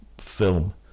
film